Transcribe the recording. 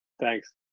thanks